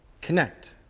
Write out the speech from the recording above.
connect